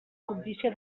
cobdícia